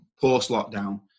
post-lockdown